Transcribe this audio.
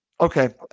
Okay